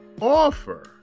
offer